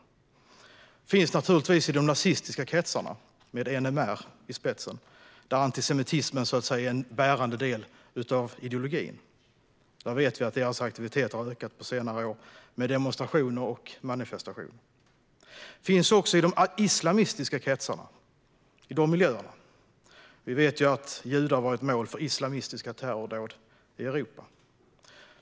Det finns naturligtvis i de nazistiska kretsarna, med NMR i spetsen, där antisemitismen är en bärande del av ideologin. Vi vet att deras aktivitet har ökat på senare år, med demonstrationer och manifestationer. Antisemitism finns också i islamistiska kretsar och miljöer, och vi vet att judar varit mål för islamistiska terrordåd i Europa.